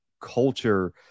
culture